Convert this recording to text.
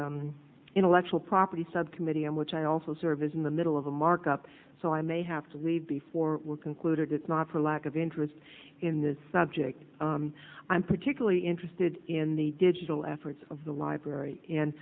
the intellectual property subcommittee in which i also serve is in the middle of a markup so i may have to leave before concluded it's not for lack of interest in this subject i'm particularly interested in the digital efforts of the library and